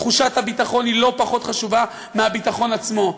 תחושת הביטחון היא לא פחות חשובה מהביטחון עצמו.